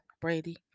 Brady